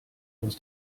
aus